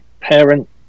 parent